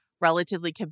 relatively